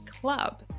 Club